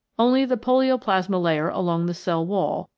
only the polioplasma layer along the cell wall,